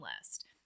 list